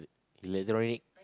electronic